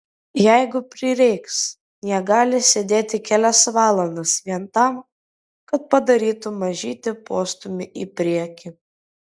jeigu prireiks jie gali sėdėti kelias valandas vien tam kad padarytų mažytį postūmį į priekį